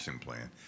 plan